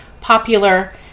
popular